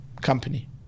company